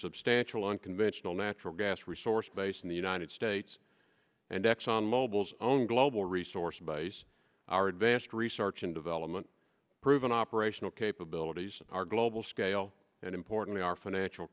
substantial unconventional natural gas resource base in the united states and exxon mobil's own global resource base our advanced research and development proven operational capabilities our global scale and importantly our financial